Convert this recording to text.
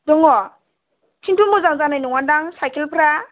दङ खिन्थु मोजां जानाय नङा दां साइकेलफ्रा